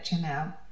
now